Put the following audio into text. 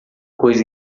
coisa